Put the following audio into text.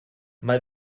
mae